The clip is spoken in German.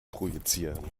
projizieren